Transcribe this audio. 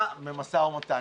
במשא ומתן,